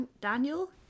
Daniel